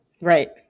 Right